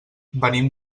venim